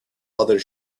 other